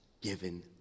given